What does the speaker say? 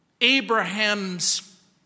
Abraham's